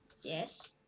Yes